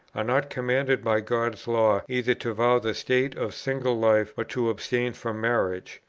are not commanded by god's law either to vow the state of single life or to abstain from marriage,